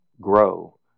grow